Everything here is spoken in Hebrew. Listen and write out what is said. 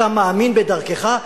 אתה מאמין בדרכך.